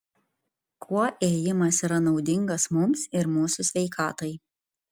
kuo ėjimas yra naudingas mums ir mūsų sveikatai